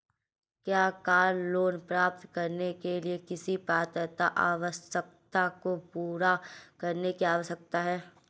क्या car loan प्राप्त करने के लिए किसी पात्रता आवश्यकता को पूरा करने की आवश्यकता है?